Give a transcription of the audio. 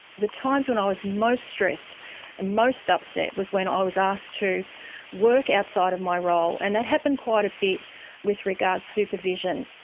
the times when i was most stressed and most upset was when ah i was asked to work outside of my role, and that happened quite a bit with regards supervision.